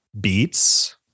beats